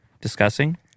discussing